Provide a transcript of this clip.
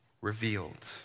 revealed